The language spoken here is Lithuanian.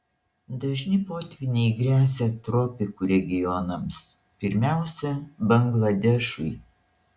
dažni potvyniai gresia tropikų regionams pirmiausia bangladešui